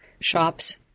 shops